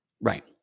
Right